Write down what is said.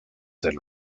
del